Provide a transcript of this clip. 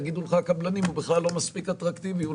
יאמרו לך הקבלנים שהוא בכלל לא מספיק אטרקטיבי והוא